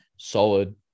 solid